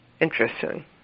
Interesting